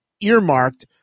earmarked